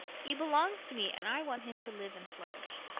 he belongs to me and i want him to live and flourish.